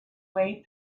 way